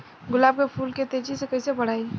गुलाब के फूल के तेजी से कइसे बढ़ाई?